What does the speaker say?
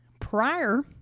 prior